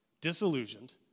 disillusioned